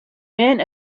men